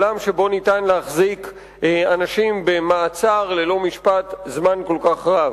עולם שבו אפשר להחזיק אנשים במעצר ללא משפט זמן כל כך רב.